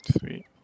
Sweet